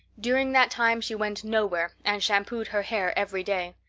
during that time she went nowhere and shampooed her hair every day.